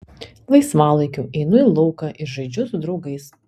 laisvalaikiu einu į lauką ir žaidžiu su draugais